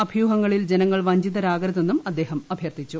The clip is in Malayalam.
അഭ്യൂഹങ്ങളിൽ ജനങ്ങൾ വഞ്ചിതരാകരുതെന്നും അദ്ദേഹം അഭ്യർത്ഥിച്ചു